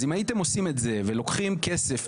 אז אם הייתם עושים את זה ולוקחים כסף,